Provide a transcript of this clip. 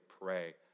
pray